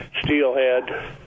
steelhead